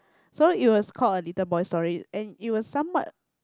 so it was called a little boy's story and it was somewhat